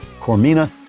Cormina